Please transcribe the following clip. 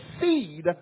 seed